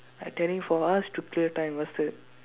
I telling for us to clear time faster